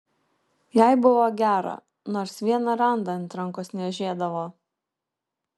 jai buvo gera nors vieną randą ant rankos niežėdavo